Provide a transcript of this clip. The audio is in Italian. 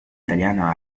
italiana